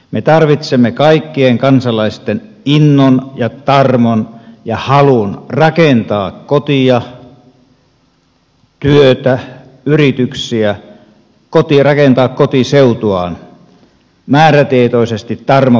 me tarvitsemme kaikkien kansalaisten innon ja tarmon ja halun rakentaa kotia työtä yrityksiä rakentaa kotiseutuaan määrätietoisesti tarmokkaasti toimien